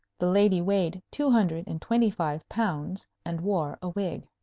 the lady weighed two hundred and twenty-five pounds, and wore a wig.